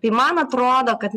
tai man atrodo kad